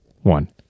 one